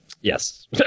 yes